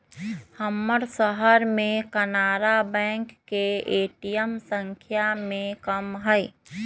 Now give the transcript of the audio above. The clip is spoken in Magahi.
महम्मर शहर में कनारा बैंक के ए.टी.एम संख्या में कम हई